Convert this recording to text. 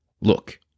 Look